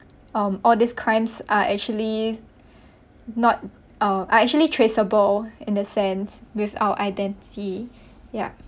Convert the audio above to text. um all these crimes are actually not uh are actually traceable in that sense with our identity ya